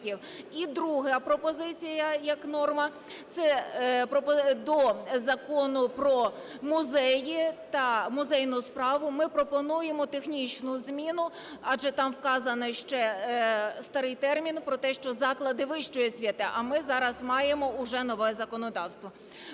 І друга пропозиція, як норма, це до Закону "Про музеї та музейну справу". Ми пропонуємо технічну зміну, адже там вказаний ще старий термін про те, що заклади вищої освіти, а ми зараз маємо вже нове законодавство.